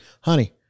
honey